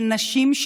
של נשים,